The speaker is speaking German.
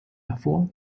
hervor